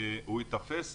הוא ייתפס.